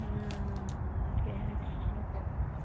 ꯀꯔꯤ ꯍꯥꯏꯗꯣꯏꯅꯣ ꯈꯪꯗ꯭ꯔꯦꯅꯦ